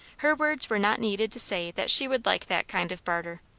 her words were not needed to say that she would like that kind of barter.